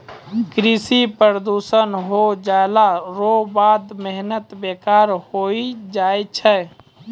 कृषि प्रदूषण हो जैला रो बाद मेहनत बेकार होय जाय छै